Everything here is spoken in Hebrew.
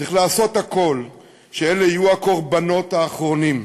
צריך לעשות הכול כדי שאלה יהיו הקורבנות האחרונים.